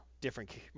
different